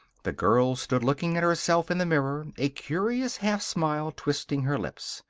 the girl stood looking at herself in the mirror, a curious half smile twisting her lips.